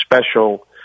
special